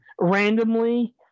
randomly